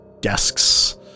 desks